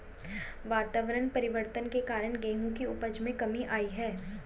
वातावरण परिवर्तन के कारण गेहूं की उपज में कमी आई है